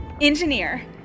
Engineer